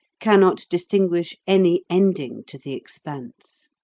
cannot distinguish any ending to the expanse.